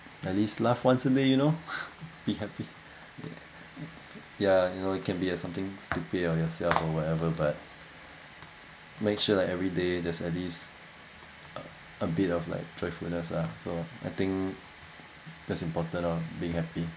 at least laugh once a day you know be happy yeah you know you can be somethings stupid on yourself or whatever but make sure like everyday there's at least a bit of like joyfulness ah so I think that's important ah being happy